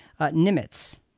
Nimitz